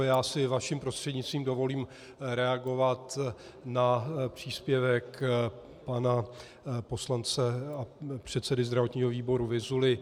Já si vaším prostřednictvím dovolím reagovat na příspěvek pana poslance a předsedy zdravotního výboru Vyzuly.